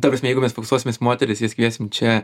ta prasme jeigu mes fokusuosimės į moteris jas kviesim čia